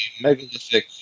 megalithic